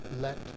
let